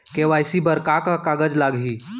KYC बर का का कागज लागही?